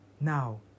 Now